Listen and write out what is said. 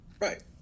right